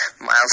Miles